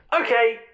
Okay